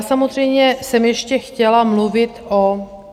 Samozřejmě jsem ještě chtěla mluvit o...